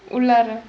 உள்ளார:ullaara